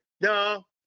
No